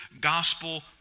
gospel